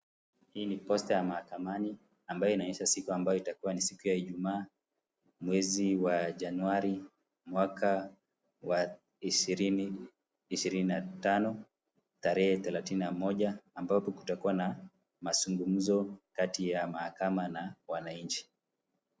Hii ni posta ya mahakamani, ambayo inaonyesha siku ambayo itakuwa ni siku ya Ijumaa, mwezi wa Januari, mwaka wa ishirini na tano, tarehe thelathini na moja, ambapo kutakua na mazungumzo kati ya mahakama na wananchi.